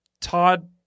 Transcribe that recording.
Todd